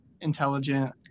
intelligent